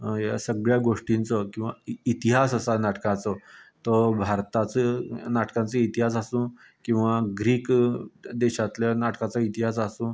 ह्या सगळ्या गोश्टिंचो किंवां इतिहास आसा नाटकांचो तो भारताचे नाटकांचो इतिहास आसूं किंवां ग्रीक देशांतल्या नाटकांचो इतिहास आसूं